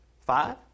five